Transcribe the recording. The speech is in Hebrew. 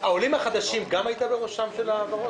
העולים החדשים, גם היית בראשן של ההעברות שלהם?